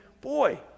boy